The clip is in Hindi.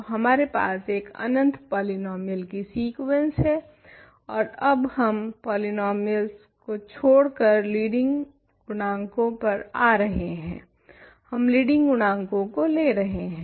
तो हमारे पास एक अनंत पॉलीनोमियल्स की सीक्वेंस है ओर अब हम पॉलीनोमियल को छोडकर लीडिंग गुनानकों पर आ रहे हैं हम लीडिंग गुणाकों को ले रहे हैं